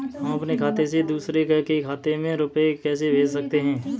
हम अपने खाते से दूसरे के खाते में रुपये कैसे भेज सकते हैं?